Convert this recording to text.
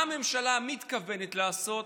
מה הממשלה מתכוונת לעשות,